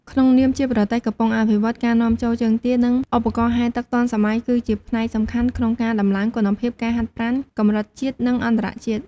ក្នុងនាមជាប្រទេសកំពុងអភិវឌ្ឍ ការនាំចូលជើងទា និងឧបករណ៍ហែលទឹកទាន់សម័យគឺជាផ្នែកសំខាន់ក្នុងការដំឡើងគុណភាពការហាត់ប្រាណកម្រិតជាតិ និងអន្តរជាតិ។